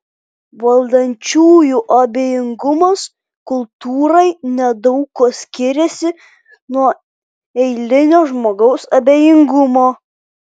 valdančiųjų abejingumas kultūrai nedaug kuo skiriasi nuo eilinio žmogaus abejingumo